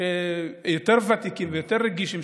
יותר ותיקים ויותר רגישים,